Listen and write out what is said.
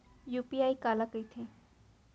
UPI काला कहिथे?